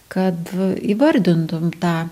kad įvardintum tą